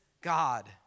God